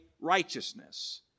righteousness